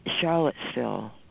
Charlottesville